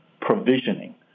provisioning